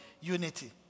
unity